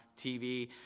TV